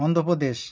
Andhra Pradesh